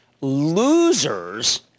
losers